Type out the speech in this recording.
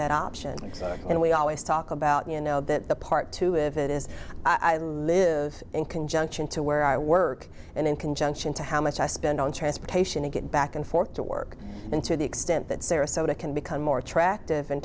that option and we always talk about you know that part too if it is i live in conjunction to where i work and in conjunction to how much i spend on transportation to get back and forth to work and to the extent that sarasota can become more attractive in